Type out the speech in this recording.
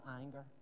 anger